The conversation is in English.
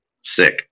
Sick